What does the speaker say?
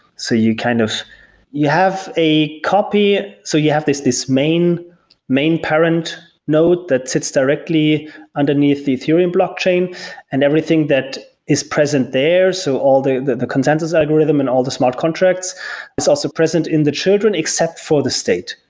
so you kind of you have a copy so you have this this main main parent node that sits directly underneath the ethereum blockchain and everything that is present there, so all the the consensus algorithm and all the smart contracts is also present in the children except for the state.